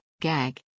gag